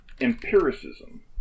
empiricism